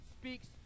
speaks